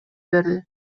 берди